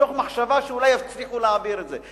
מתוך מחשבה שאולי יצליחו להעביר את זה,